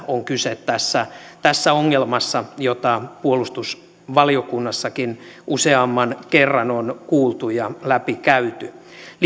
on kyse tässä tässä ongelmassa jota puolustusvaliokunnassakin useamman kerran on kuultu ja läpikäyty